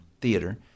theater